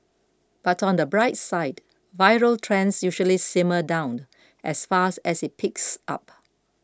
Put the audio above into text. but on the bright side viral trends usually simmer down as fast as it peaks up